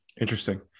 Interesting